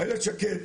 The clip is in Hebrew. איילת שקד,